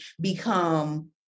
become